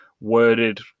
worded